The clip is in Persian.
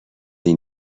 این